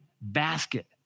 basket